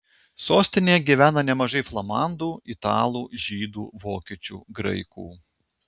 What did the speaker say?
sostinėje gyvena nemažai flamandų italų žydų vokiečių graikų